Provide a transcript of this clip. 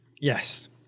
yes